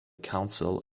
council